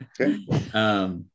Okay